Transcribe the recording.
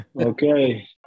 Okay